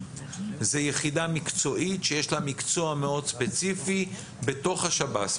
זה יחידה מקצועית שיש לה מקצוע מאוד ספציפי בתוך השב"ס.